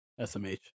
SMH